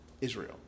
Israel